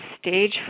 stage